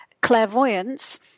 clairvoyance